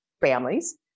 families